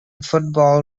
football